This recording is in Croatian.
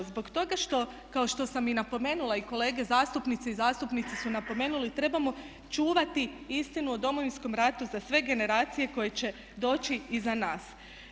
Zbog toga što kao što sam i napomenula i kolege zastupnice i zastupnici su napomenuli trebamo čuvati istinu o Domovinskom ratu za sve generacije koje će doći iza nas.